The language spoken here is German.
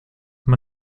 man